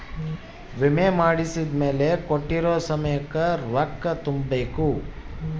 ವಿಮೆ ಮಾಡ್ಸಿದ್ಮೆಲೆ ಕೋಟ್ಟಿರೊ ಸಮಯಕ್ ರೊಕ್ಕ ತುಂಬ ಬೇಕ್